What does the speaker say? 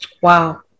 Wow